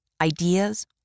ideas